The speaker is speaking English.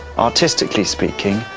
artistically speaking,